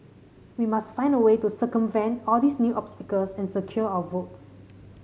we must find a way to circumvent all these new obstacles and secure our votes